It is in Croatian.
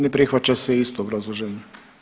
Ne prihvaća se, isto obrazloženje.